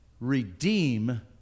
redeem